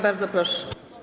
Bardzo proszę.